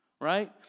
Right